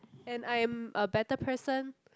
and I am a better person